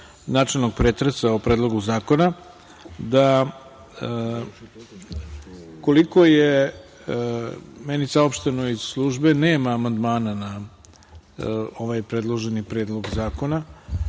načelnog pretresa o Predlogu zakona, koliko je meni saopšteno iz službe, da nema amandmana na ovaj predloženi Predlog zakona,